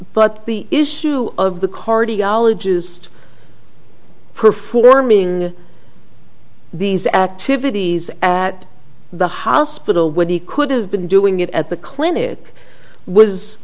but the issue of the cardiologist performing these activities at the hospital when he could have been doing it at the clin